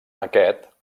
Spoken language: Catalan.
aquest